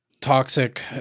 toxic